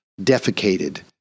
defecated